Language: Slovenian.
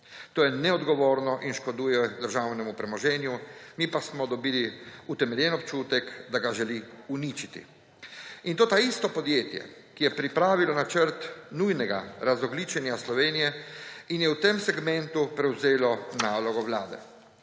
To je neodgovorno in škoduje državnemu premoženju, mi pa smo dobili utemeljen občutek, da ga želi uničiti. In to taisto podjetje, ki je pripravilo načrt nujnega razogljičenja Slovenije in je v tem segmentu prevzelo nalogo vlade.